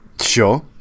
Sure